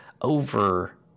over